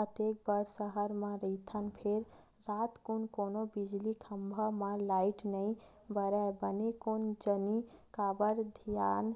अतेक बड़ सहर म रहिथन फेर रातकुन कोनो बिजली खंभा म लाइट नइ बरय बने कोन जनी काबर धियान